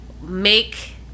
make